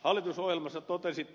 hallitusohjelmassa totesitte